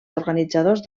organitzadors